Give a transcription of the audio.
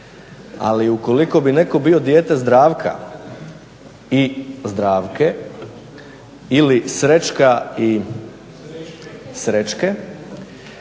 Ali ukoliko bi netko bio dijete Zdravka i Zdravke ili Srećka i Srećke